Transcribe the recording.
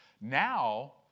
Now